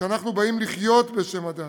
כשאנחנו באים לחיות בשם הדת.